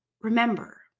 Remember